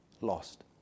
Lost